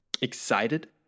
Excited